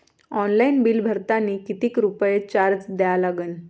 Online bill भरतानी कितीक रुपये चार्ज द्या लागन?